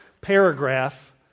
paragraph